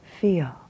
feel